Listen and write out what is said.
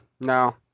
No